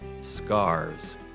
Scars